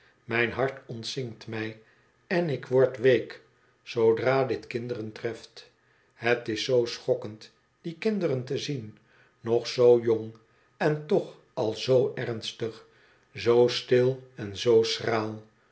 mijn hart ontzinkt mij en ik word week zoodra dit kinderen treft het is zoo schokkend die kinderen te zien nog z jong en toch al z ernstig z stil en z schraal